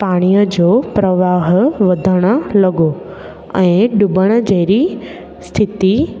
पाणीअ जो प्रवाह वधणु लॻो ऐं डुबणु जहिड़ी स्थिती